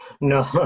No